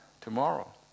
tomorrow